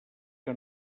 que